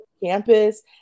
campus